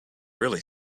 really